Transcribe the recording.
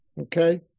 Okay